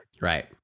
right